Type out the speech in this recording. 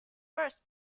first